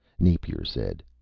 napier said.